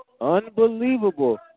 Unbelievable